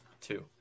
two